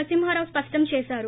నరసింహారావు స్పష్టం చేసారు